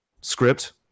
script